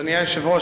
אדוני היושב-ראש,